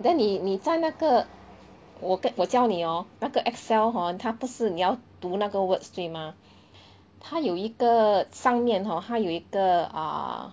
then 你你在那个我跟我教你哦那个 Excel hor 他不是你要读那个 words 对吗他有一个上面 hor 他有一个 uh